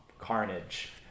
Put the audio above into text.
carnage